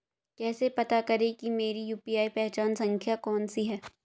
कैसे पता करें कि मेरी यू.पी.आई पहचान संख्या कौनसी है?